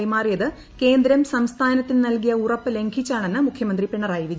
കൈമാറിയത് കേന്ദ്രം സംസ്ഥാനത്തിന് നൽകിയ ഉറപ്പ് ലംഘിച്ചാണെന്ന് മുഖ്യമന്ത്രി പിണറായി വിജയൻ